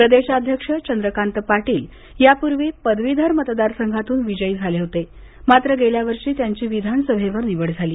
प्रदेशाध्यक्ष चंद्रकांत पाटील यापूर्वी पदवीधर मतदार संघातून विजयी झाले होते मात्र गेल्या वर्षी त्यांची विधानसभेवर निवड झाली